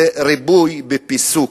זה ריבוי בפיסוק.